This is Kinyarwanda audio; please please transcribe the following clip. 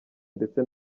ndetse